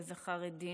וזה חרדים,